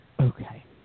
Okay